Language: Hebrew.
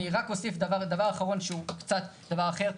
אני רק אוסיף דבר אחרון, שהוא קצת דבר אחר.